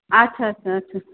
আচ্ছা আচ্ছা আচ্ছা